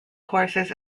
courses